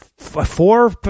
four